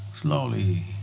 slowly